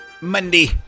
Monday